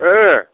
ओ